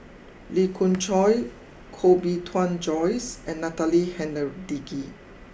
Lee Khoon Choy Koh Bee Tuan Joyce and Natalie Hennedige